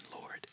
Lord